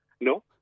No